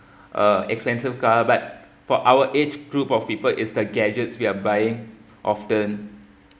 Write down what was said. uh expensive car but for our age group of people is the gadgets we are buying often